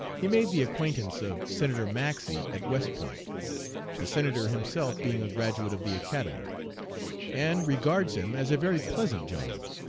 he made the acquaintance of senator maxey at west point the senator himself being a graduate of the academy and regards him as a very pleasant gentleman.